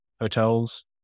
hotels